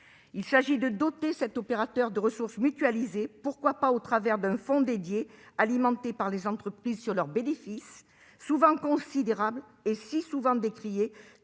Il s'agit de doter cet opérateur de ressources mutualisées, pourquoi pas au travers d'un fonds dédié, alimenté par les entreprises sur leurs bénéfices, souvent considérables et si souvent décriés